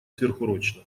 сверхурочно